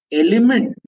element